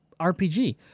RPG